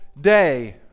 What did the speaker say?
day